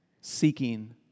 seeking